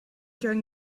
during